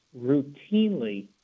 routinely